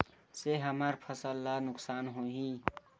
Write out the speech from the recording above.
से हमर फसल ला नुकसान होही?